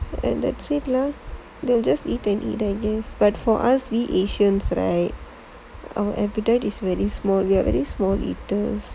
and that's it ah we just eat but for us we asians right our appetite is very small you have at the small eaters